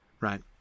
right